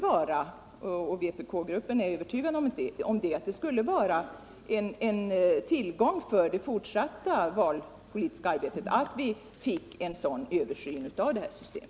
Jag och vpk-gruppen är övertygade om att det skulle vara en tillgång för det fortsatta valpolitiska arbetet, om vi finge en sådan översyn av rådande system.